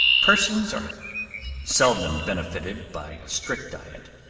persons are seldom benefitted by a strict diet,